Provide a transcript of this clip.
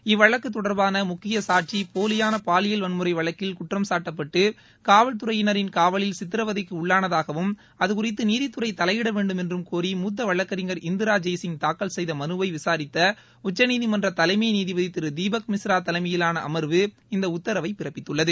இவ்வழக்கு தொடர்பான முக்கிய சாட்சி போலியான பாலியல் வன்முறை வழக்கில் குற்றம்சாட்டப்பட்டு காவல்துறையினரின் காவலில் சித்திரவதைக்கு உள்ளானதாகவும் அதுகுறித்து நீதித்துறை தலையிடவேண்டும் என்றும் கோரி மூத்த வழக்கறிஞர் இந்திரா ஜெய்சிங் தாக்கல் செய்த மனுவை விசாரித்த உச்சநீதிமன்ற தலைமை நீதிபதி திரு தீபக் மிஸ்ரா தலைமையிலான அமர்வு இந்த உத்தரவை பிறப்பித்துள்ளது